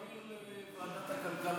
אני מבקש להעביר את זה לוועדת הכלכלה.